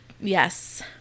Yes